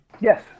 Yes